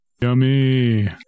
Yummy